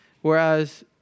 Whereas